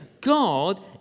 God